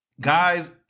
guys